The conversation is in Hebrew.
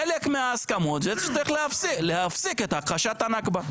חלק מההסכמות הן שצריך להפסיק את הכחשת הנכבה.